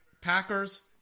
Packers